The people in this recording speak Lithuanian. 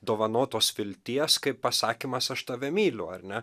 dovanotos vilties kaip pasakymas aš tave myliu ar ne